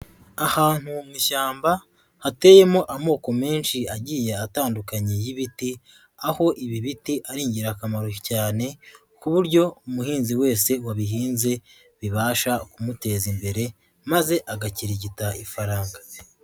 Ahantu mu mu ishyamba hateyemo amoko menshi agiye atandukanye y'ibiti, aho ibi biti ari ingirakamaro cyane, ku buryo umuhinzi wese wabihinze bibasha kumuteza imbere maze, agakirigita ifaranga.